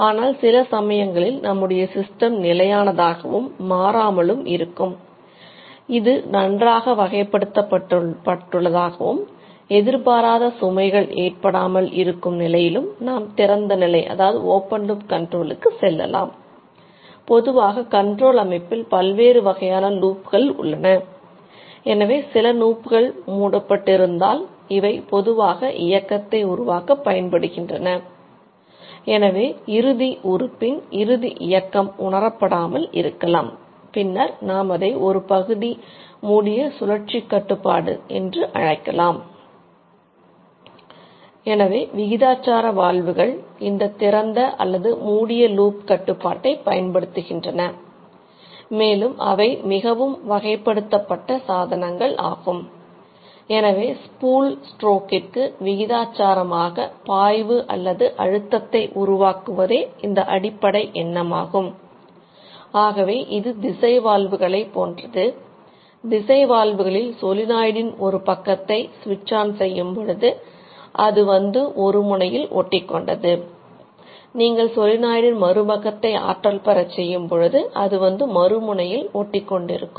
ஆனால் சில சமயங்களில் நம்முடைய சிஸ்டம் நிலையானதாகவும் என்று அழைக்கலாம் எனவே விகிதாசார வால்வுகள் அது வந்து மறுமுனையில் ஒட்டிக்கொண்டிருக்கும்